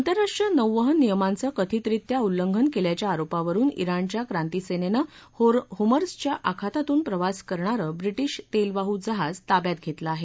आंतरराष्ट्रीय नौवहन नियमांचं कथितरीत्या उल्लंघन केल्याच्या आरोपावरुन जिणच्या क्रांतीसेनेनं होर्मझच्या आखातातून प्रवास करणारं ब्रिटिश तेलवाहू जहाज ताब्यात घेतलं आहे